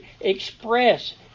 express